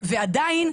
ועדיין,